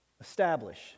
establish